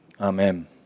Amen